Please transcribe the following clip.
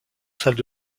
salle